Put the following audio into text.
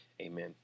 Amen